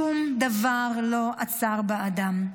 שום דבר לא עצר בעדם.